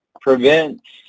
prevents